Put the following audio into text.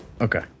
okay